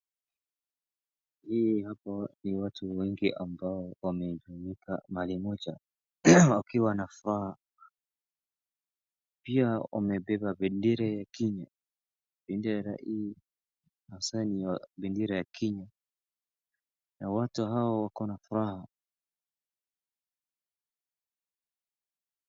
Hii hapa ni watu wengi ambao wamekusanyika mahali moja wakiwa na furaha. Pia wamebeba bendera ya Kenya. Bendera hii hasa ni ya bendera ya Kenya, na watu hawa wako na furaha.